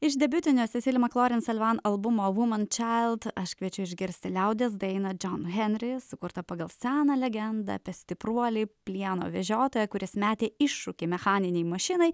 iš debiutinio sesil maklorin selvan albumo woman child aš kviečiu išgirsti liaudies dainą džon henris sukurtą pagal seną legendą apie stipruolį plieno vežiotoją kuris metė iššūkį mechaninei mašinai